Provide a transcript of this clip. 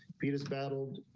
peters battled